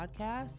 podcast